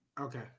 okay